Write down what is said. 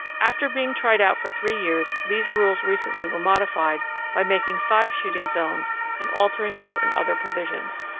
after being tried out for three years these rules recently were modified by making five shooting zones and altering certain other provisions.